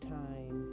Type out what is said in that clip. time